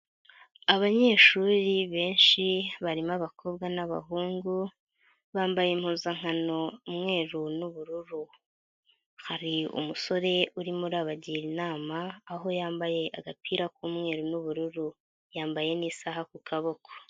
Abanyeshuri benshi barimo abakobwa n'abahungu bambaye impuzankano umweru n'ubururu, hari umusore urimo urabagira inama aho yambaye agapira k'umweru n'ubururu, yambaye n'isaha ku kaboko.